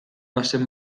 bazen